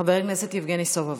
חבר הכנסת יבגני סובה,